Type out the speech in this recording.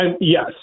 yes